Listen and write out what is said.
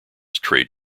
trade